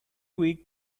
weak